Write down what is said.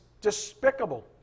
despicable